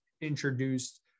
introduced